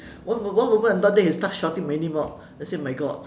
one moment one moment I'm not there he will start shouting my name out then I say my God